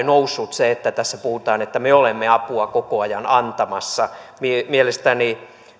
noussut se että tässä puhutaan että me olemme apua koko ajan antamassa mielestäni